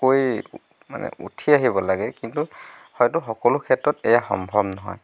কৈ মানে উঠি আহিব লাগে কিন্তু হয়তো সকলো ক্ষেত্ৰত এয়া সম্ভৱ নহয়